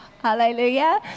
Hallelujah